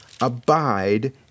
abide